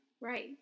Right